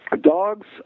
Dogs